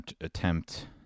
attempt